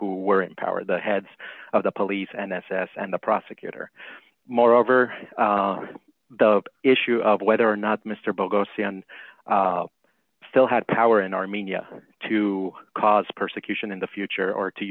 who were in power the heads of the police and s s and the prosecutor moreover the issue of whether or not mr bugliosi on still had power in armenia to cause persecution in the future or to